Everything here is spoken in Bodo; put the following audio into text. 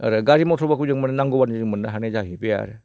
आरो गारि मथरफोरखौ जोङो मोननांगौ बायदि जोङो मोननो हानाय जाहैबाय आरो